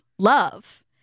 love